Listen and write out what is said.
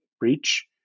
reach